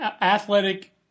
athletic